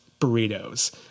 burritos